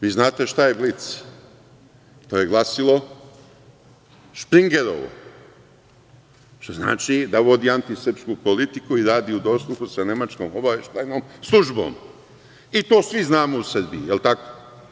Vi znate šta je „Blic“, to je glasilo Špingerovo, što znači da vodi antisrpsku politiku i radi u dosluhu sa Nemačkom obaveštajnom službom i to svi znamo u Srbiji, je li tako.